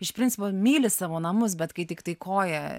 iš principo myli savo namus bet kai tiktai koją